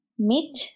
Meat